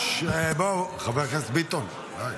--- חבר הכנסת ביטון, די.